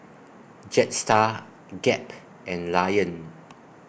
Jetstar Gap and Lion